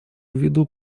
ввиду